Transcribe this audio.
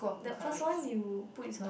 the first one you put is what